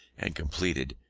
and completed,